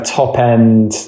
top-end